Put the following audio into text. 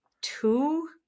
two